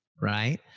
right